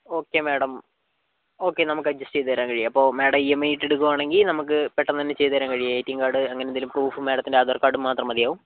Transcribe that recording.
okay madam okay നമുക്ക് adjust ചെയ്തു തരാൻ കഴിയും അപ്പോൾ മേഡം ഇ എം ഐ ഇട്ടിട്ട് എടുക്കുവാണെങ്കിൽ നമുക്ക് പെട്ടെന്ന് തന്നെ ചെയ്തു തരാൻ കഴിയും എ ടി എം കാർഡ് അങ്ങനെ എന്തെങ്കിലും പ്രൂഫും മേഡത്തിൻ്റെ ആധാർ കാർഡും മാത്രം മതിയാവും